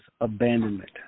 abandonment